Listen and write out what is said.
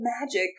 magic